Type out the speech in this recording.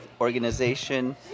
organization